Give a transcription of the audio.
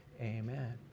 amen